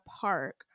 park